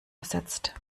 ersetzt